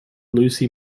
lucy